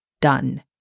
done